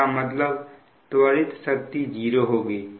इसका मतलब त्वरीत शक्ति 0 होगी